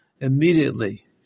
immediately